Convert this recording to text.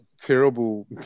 terrible